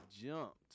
jumped